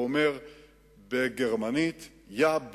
הוא אמר בגרמנית "יא,